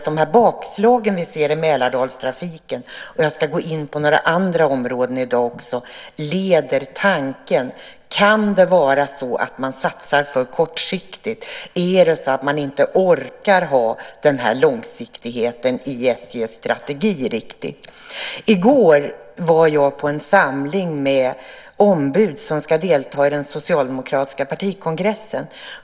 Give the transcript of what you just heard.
De bakslag vi ser i Mälardalstrafiken - jag ska gå in på några andra områden i dag också - leder tanken till att det kan vara så att man satsar för kortsiktigt. Orkar man inte ha långsiktigheten i SJ:s strategi? I går var jag på en samling med ombud som ska delta i den socialdemokratiska partikongressen.